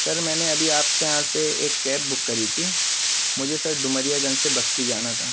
سر میں نے ابھی آپ کے یہاں سے ایک کیب بک کری تھی مجھے سر ڈومریا گنج سے بستی جانا تھا